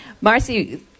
Marcy